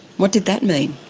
what did that mean?